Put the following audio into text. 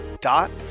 dot